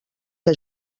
que